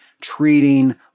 treating